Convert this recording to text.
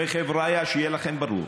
וחבריא, שיהיה לכם ברור,